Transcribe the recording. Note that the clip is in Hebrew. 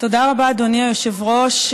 תודה רבה, אדוני היושב-ראש.